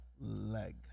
leg